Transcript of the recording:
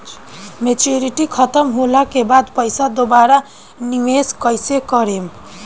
Maturity खतम होला के बाद पईसा दोबारा निवेश कइसे करेम?